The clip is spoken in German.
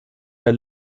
der